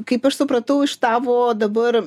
kaip aš supratau iš tavo dabar